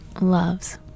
Love's